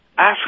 Ask